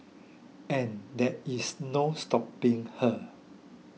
and there is no stopping her